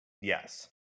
Yes